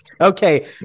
Okay